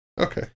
Okay